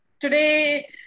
Today